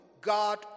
God